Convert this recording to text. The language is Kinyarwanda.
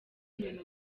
ibintu